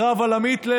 הקרב על המיתלה,